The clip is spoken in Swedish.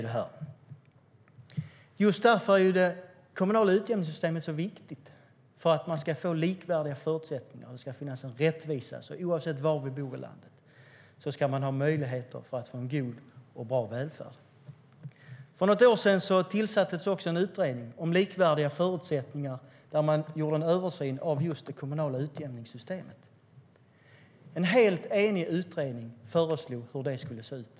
Det kommunala utjämningssystemet är viktigt för att kommunerna ska få likvärdiga förutsättningar. Det ska finnas en rättvisa. Oavsett var i landet vi bor ska det finnas möjligheter till en bra välfärd. För något år sedan tillsattes en utredning om likvärdiga förutsättningar. Det gjordes en översyn av det kommunala utjämningssystemet, och en helt enig utredning föreslog hur det skulle se ut.